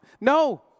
no